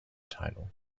title